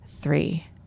three